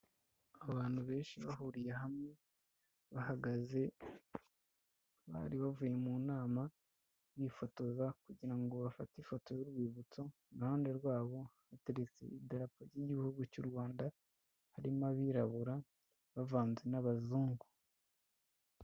Abantu benshi bahuriye hamwe bahagaze, bari bavuye mu nama bifotoza kugira ngo bafate ifoto y'urwibutso, iruhande rwabo hateretse iderapa ry'igihugu cy'u Rwanda harimo abirabura bavanze n'abazungu.